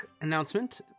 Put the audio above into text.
announcement